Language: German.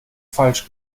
falsch